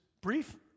brief